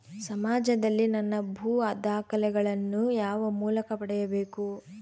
ಸಮಾಜದಲ್ಲಿ ನನ್ನ ಭೂ ದಾಖಲೆಗಳನ್ನು ಯಾವ ಮೂಲಕ ಪಡೆಯಬೇಕು?